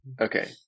Okay